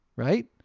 Right